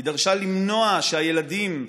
היא דרשה למנוע שהילדים,